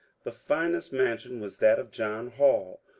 the finest mansion was that of john hall,